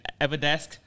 Everdesk